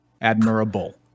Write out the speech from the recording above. admirable